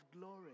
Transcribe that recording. glory